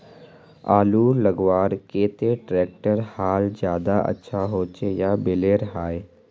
आलूर लगवार केते ट्रैक्टरेर हाल ज्यादा अच्छा होचे या बैलेर हाल?